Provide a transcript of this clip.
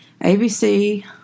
ABC